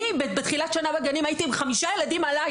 אני בתחילת השנה בגנים הייתי עם 5 ילדים עליי,